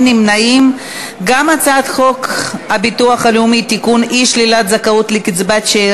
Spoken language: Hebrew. לכן הצעת חוק המועצה לענף הלול (ייצור ושיווק)